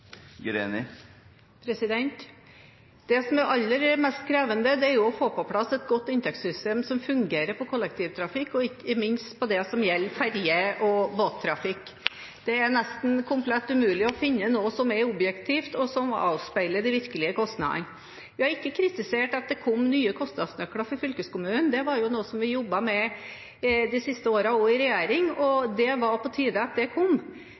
fylkeskommunane? Det som er aller mest krevende, er å få på plass et godt inntektssystem som fungerer for kollektivtrafikk, ikke minst det som gjelder ferje- og båttrafikk. Det er nesten komplett umulig å finne noe som er objektivt, og som avspeiler de virkelige kostnadene. Vi har ikke kritisert at det kom nye kostnadsnøkler for fylkeskommunene. Det var noe vi også jobbet med de siste årene i regjering, og det var på tide at det kom.